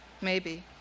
Maybe